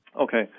Okay